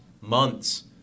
months